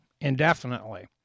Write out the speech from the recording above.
indefinitely